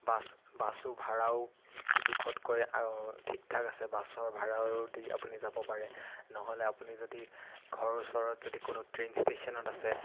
bus বাছো ভাড়াও জোখতকৈ ঠিক ঠাক আছে বাছৰ ভাড়াও দি আপুনি যাব পাৰে নহ'লে আপুনি যদি ঘৰৰ ওচৰত যদি কোনো ট্ৰেইন ষ্টেচনত আছে